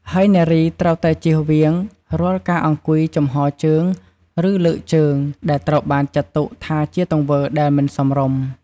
ហើយនារីត្រូវតែជៀសវាងរាល់ការអង្គុយចំហរជើង ឬលើកជើង ដែលត្រូវបានចាត់ទុកថាជាទង្វើដែលមិនសមរម្យ។